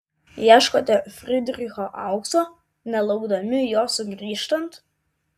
ieškote frydricho aukso nelaukdami jo sugrįžtant